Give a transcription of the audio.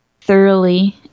thoroughly